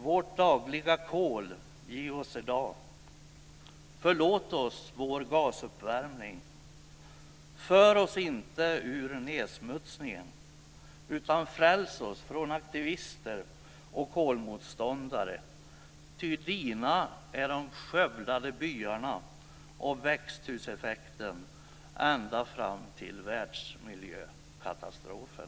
Vårt dagliga kol giv oss i dag förlåt oss vår gasuppvärmning för oss inte ur nedsmutsningen utan fräls oss från aktivister och kolmotståndare, ty dina är de skövlade byarna och växthuseffekten ända fram till världsmiljökatastrofen.